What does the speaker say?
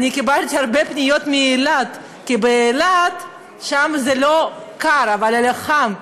קיבלתי הרבה פניות מאילת, כי שם לא קר אלא חם.